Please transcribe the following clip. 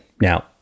now